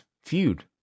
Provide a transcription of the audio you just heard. feud